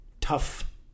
tough